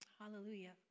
Hallelujah